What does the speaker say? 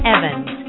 Evans